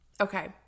Okay